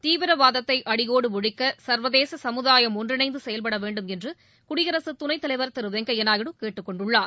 தீவிரவாதத்தை அடியோடு ஒழிக்க சர்வதேச சமூதாயம் ஒன்றிணைந்து செயல்பட வேண்டும் என்று குடியரசுத் துணைத் தலைவர் திரு வெங்கப்யா நாயுடு கேட்டுக் கொண்டுள்ளார்